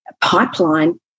pipeline